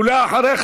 ואחריך,